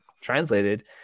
translated